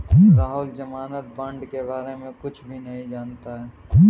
राहुल ज़मानत बॉण्ड के बारे में कुछ भी नहीं जानता है